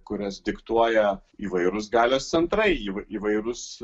kurias diktuoja įvairūs galios centrai jų įvairūs